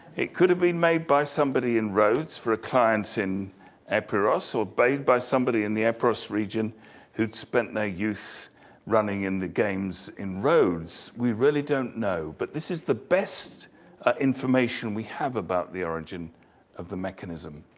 it could have been made by somebody in rhodes for a client in epiros, or made by somebody in the epiros region who'd spent their youth running in the games in rhodes. we really don't know, but this is the best information we have about the origin of the mechanism.